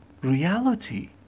reality